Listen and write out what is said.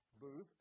booth